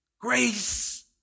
Grace